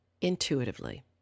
intuitively